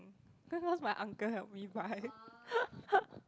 because most my uncle help me buy